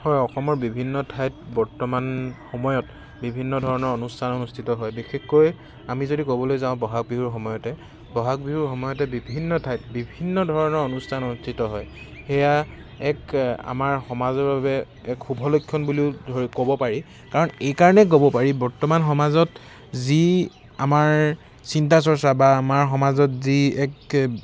হয় অসমৰ বিভিন্ন ঠাইত বৰ্তমান সময়ত বিভিন্ন ধৰণৰ অনুষ্ঠান অনুস্থিত হয় বিশেষকৈ আমি যদি ক'বলৈ যাওঁ বহাগ বিহুৰ সময়তে বহাগ বিহুৰ সময়তে বিভিন্ন ঠাইত বিভিন্ন ধৰণৰ অনুষ্ঠান অনুস্থিত হয় সেয়া এক আমাৰ সমাজৰ বাবে এক শুভ লক্ষণ বুলিও ক'ব পাৰি কাৰণ এইকাৰণে ক'ব পাৰি বৰ্তমান সমাজত যি আমাৰ চিন্তা চৰ্চা বা আমাৰ সমাজত যি এক